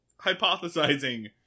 hypothesizing